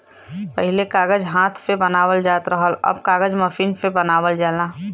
पहिले कागज हाथ से बनावल जात रहल, अब कागज मसीन से बनावल जाला